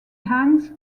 hangs